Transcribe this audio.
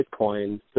Bitcoin